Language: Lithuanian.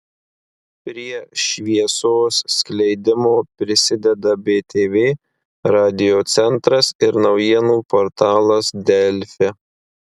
prie šviesos skleidimo prisideda btv radiocentras ir naujienų portalas delfi